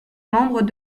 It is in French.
membres